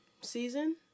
season